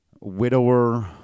widower